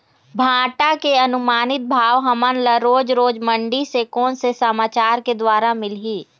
भांटा के अनुमानित भाव हमन ला रोज रोज मंडी से कोन से समाचार के द्वारा मिलही?